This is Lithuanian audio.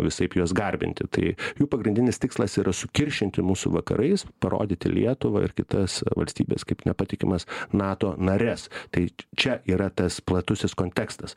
visaip juos garbinti tai jų pagrindinis tikslas yra sukiršinti mus su vakarais parodyti lietuvą ir kitas valstybes kaip nepatikimas nato nares tai čia yra tas platusis kontekstas